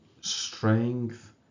strength